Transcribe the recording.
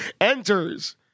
enters